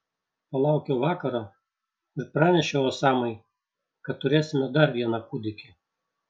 palaukiau vakaro ir pranešiau osamai kad turėsime dar vieną kūdikį